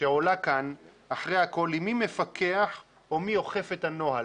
שעולה כאן אחרי הכול היא מי מפקח או מי אוכף את הנוהל,